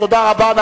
תודה רבה.